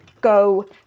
go